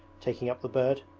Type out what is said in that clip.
taking up the bird.